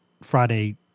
Friday